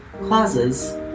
clauses